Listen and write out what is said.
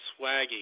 Swaggy